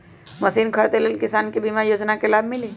Machine खरीदे ले किसान के बीमा योजना के लाभ मिली?